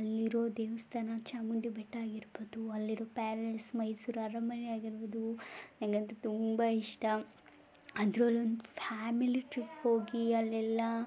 ಅಲ್ಲಿರೋ ದೇವಸ್ಥಾನ ಚಾಮುಂಡಿ ಬೆಟ್ಟ ಆಗಿರ್ಬೋದು ಅಲ್ಲಿರೋ ಪ್ಯಾಲೇಸ್ ಮೈಸೂರು ಅರಮನೆ ಆಗಿರ್ಬೋದು ನನಗಂತೂ ತುಂಬ ಇಷ್ಟ ಅದರಲ್ಲೂನೂ ಫ್ಯಾಮಿಲಿ ಟ್ರಿಪ್ ಹೋಗಿ ಅಲ್ಲೆಲ್ಲ